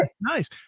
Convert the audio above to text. Nice